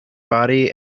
body